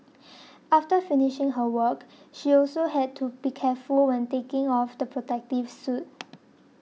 after finished her work she also had to be careful when taking off the protective suit